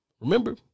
remember